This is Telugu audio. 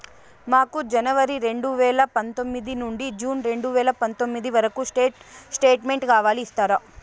మాకు జనవరి రెండు వేల పందొమ్మిది నుండి జూన్ రెండు వేల పందొమ్మిది వరకు స్టేట్ స్టేట్మెంట్ కావాలి ఇస్తారా